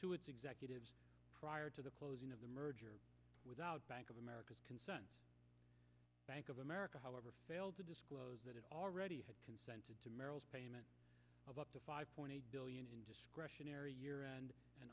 to its executives prior to the closing of the merger without bank of america's consent bank of america however failed to disclose that it already had consented to merrill's payment of up to five point eight billion in discretionary